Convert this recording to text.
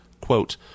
Quote